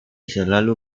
selalu